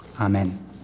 Amen